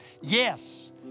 Yes